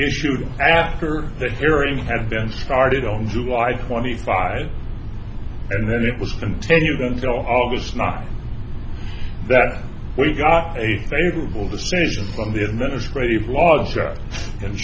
issued after the hearing had been started on july twenty five and then it was continued until august not that we got a favorable decision from the administrative law